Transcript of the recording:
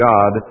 God